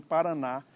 Paraná